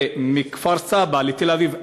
ומכפר-סבא לתל-אביב,